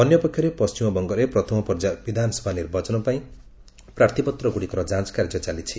ଅନ୍ୟପକ୍ଷରେ ପଶ୍ଚିମବଙ୍ଗରେ ପ୍ରଥମ ପର୍ଯ୍ୟାୟ ବିଧାନସଭା ନିର୍ବାଚନ ପାଇଁ ପ୍ରାର୍ଥୀପତ୍ରଗୁଡ଼ିକର ଯାଞ୍ଚ କାର୍ଯ୍ୟ ଚାଲିଛି